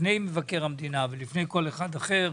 לפני מבקר המדינה ולפני כל אחד אחר,